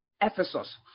Ephesus